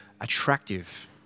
attractive